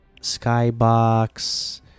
Skybox